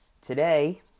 today